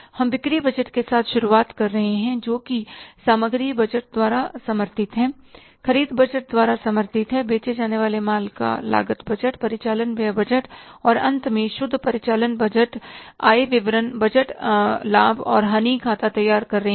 हम बिक्री बजट के साथ शुरूआत कर रहे हैं जो कि सामग्री बजट द्वारा समर्थित है ख़रीद बजट द्वारा समर्थित है बेचे जाने वाले माल का लागत बजट परिचालन व्यय बजट और अंत में शुद्ध परिणाम बजट आय विवरण बजट लाभ और हानि खाता तैयार कर कर रहे हैं